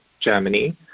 Germany